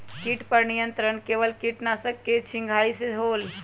किट पर नियंत्रण केवल किटनाशक के छिंगहाई से होल?